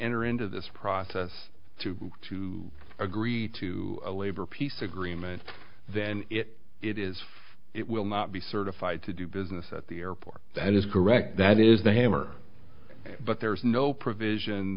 enter into this process through to agree to a labor peace agreement then it is it will not be certified to do business at the airport that is correct that is the hammer but there is no provision